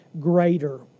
greater